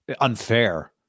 unfair